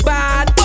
Bad